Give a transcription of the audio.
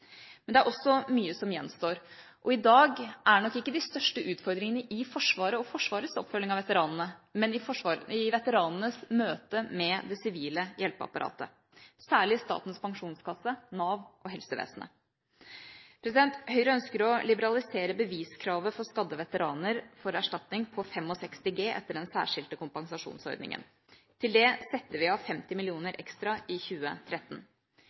Men det er også mye som gjenstår, og i dag er nok ikke de største utfordringene i Forsvaret og Forsvarets oppfølging av veteranene, men i veteranenes møte med det sivile hjelpeapparatet – særlig Statens pensjonskasse, Nav og helsevesenet. Høyre ønsker å liberalisere beviskravet for skadde veteraner for erstatning på 65 G etter den særskilte kompensasjonsordningen. Til det setter vi av 50 mill. kr ekstra i 2013.